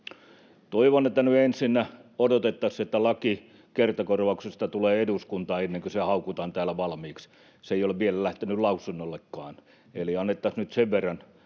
Toivon, että nyt ensinnä odotettaisiin, että laki kertakorvauksesta tulee eduskuntaan ennen kuin se haukutaan täällä valmiiksi. Se ei ole vielä lähtenyt lausunnollekaan. Eli annettaisiin nyt sen verran